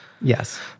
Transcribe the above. Yes